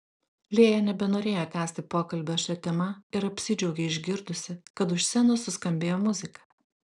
lėja nebenorėjo tęsti pokalbio šia tema ir apsidžiaugė išgirdusi kad už scenos suskambėjo muzika